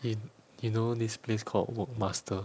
in you know this place called wok master